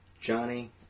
Johnny